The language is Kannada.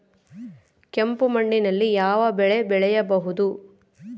ಕೆಂಪು ಮಣ್ಣಿನಲ್ಲಿ ಯಾವ ಬೆಳೆ ಬೆಳೆಯಬಹುದು?